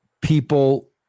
people